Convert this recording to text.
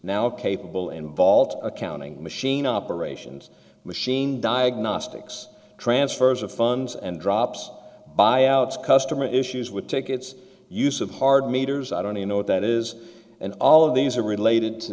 a capable involved accounting machine operations machine diagnostics transfers of funds and drops buyouts customer issues with tickets use of hard meters i don't even know what that is and all of these are related to